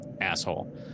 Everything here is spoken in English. asshole